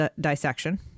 dissection